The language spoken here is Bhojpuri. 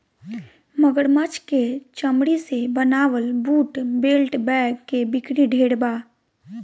मगरमच्छ के चमरी से बनावल बूट, बेल्ट, बैग के बिक्री ढेरे बा